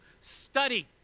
study